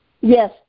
Yes